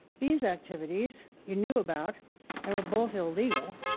these activities, you knew about and were both illegal,